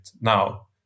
now